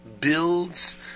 builds